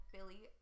Billy